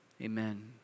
amen